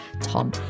Tom